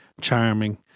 charming